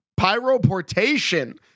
Pyroportation